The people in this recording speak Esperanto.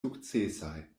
sukcesaj